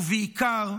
ובעיקר,